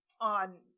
on